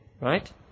Right